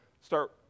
start